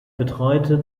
betreute